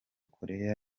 korea